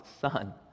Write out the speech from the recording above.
son